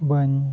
ᱵᱟᱹᱧ